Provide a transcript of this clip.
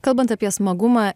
kalbant apie smagumą